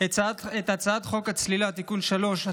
את הצעת חוק הצלילה הספורטיבית (תיקון מס' 3),